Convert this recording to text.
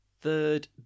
third